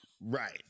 Right